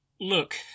look